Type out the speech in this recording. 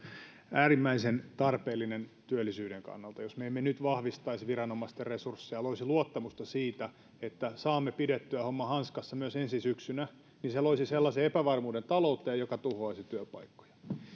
äärimmäisen tarpeellinen työllisyyden kannalta jos me emme nyt vahvistaisi viranomaisten resursseja loisi luottamusta siitä että saamme pidettyä homman hanskassa myös ensi syksynä niin se loisi sellaisen epävarmuuden talouteen joka tuhoaisi työpaikkoja